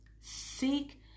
Seek